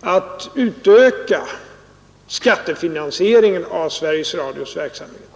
att öka skattefinansieringen av Sveriges Radios verksamhet.